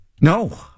No